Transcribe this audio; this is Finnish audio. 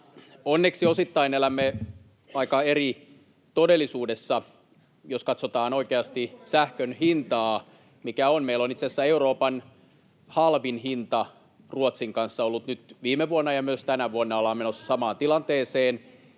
Onneksi osittain elämme aika eri todellisuudessa, jos katsotaan oikeasti sähkön hintaa, mikä on. Meillä on ollut itse asiassa Euroopan halvin hinta Ruotsin kanssa nyt viime vuonna, ja myös tänä vuonna ollaan menossa samaan tilanteeseen.